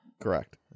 Correct